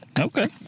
Okay